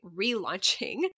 relaunching